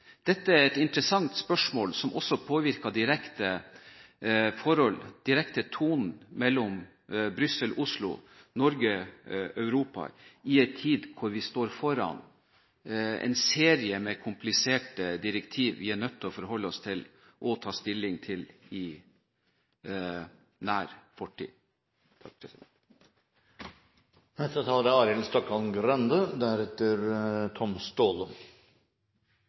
Dette er et interessant spørsmål, som også direkte påvirker tonen mellom Brussel og Oslo, Europa og Norge, i en tid hvor vi står foran en serie med kompliserte direktiver vi er nødt til å forholde oss til, og ta stilling til i nær fremtid. Først en kommentar til foregående taler